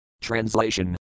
Translation